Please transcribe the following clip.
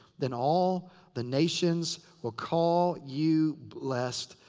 then all the nations will call you blessed,